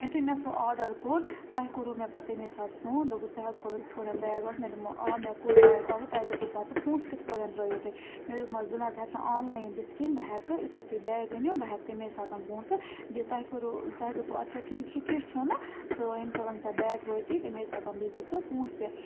یُتھُے مےٚ سُہ آرڈر کوٚر تۅہہِ کوٚروٕ مےٚ پَتہٕ تَمے ساتہٕ فون دوٚپمو ژےٚ حظ کوٚرُتھ یِتھٕ پٲٹھۍ بیگ آرڈر مےٚ دوٚپمو آ مےٚ کوٚر بیگ آرڈَر تۄہہِ دوٚپوٕ پتہٕ پۅنٛسہٕ کِتھٕ پٲٹھٮ۪ن ترٛٲِوِو توٚہۍ مےٚ دوٚپمو بہٕ نا سا ہٮ۪کہٕ آن لاین دِتھ کیٚنٛہہ بہٕ ہٮ۪کہٕ یُتھُے تُہۍ بیگ أنِو بہٕ ہٮ۪کہٕ تَمے ساتن پۅنٛسہٕ دتھ تۄہہِ کوٚروٕ تۄہہِ دوٚپوٕ اَدٕ کیٛاہ ٹھیٖک چھُ کیٚنٛہہ چھُنہٕ تہٕ اَمہِ ساتن ژےٚ بیگ وٲتی تیٚمے ساتَن دِیٖزِ ژٕ پۅنٛسہٕ تہِ